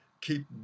keep